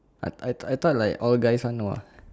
I I I thought like all guys one no ah